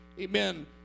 Amen